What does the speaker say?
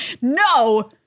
No